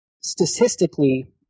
statistically